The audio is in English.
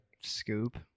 Scoop